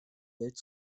geld